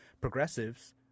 progressives